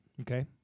Okay